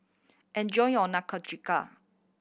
enjoy your Nikujaga